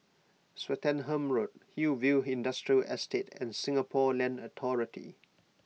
Swettenham Road Hillview Industrial Estate and Singapore Land Authority